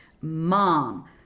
mom